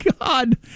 god